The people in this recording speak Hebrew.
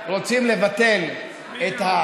איפה אופיר נולד, בבריטניה?